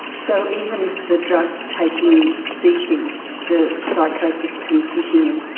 so even if the drug-taking ceases, the psychosis can continue?